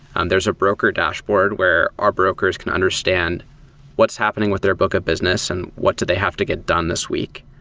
and there's a broker dashboard, where our brokers can understand what's happening with their book of business and what do they have to get done this week.